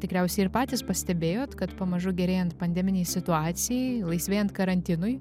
tikriausiai ir patys pastebėjot kad pamažu gerėjant pandeminei situacijai laisvėjant karantinui